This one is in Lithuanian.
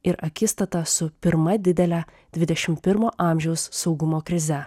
ir akistatą su pirma didelę dvidešimt pirmo amžiaus saugumo krize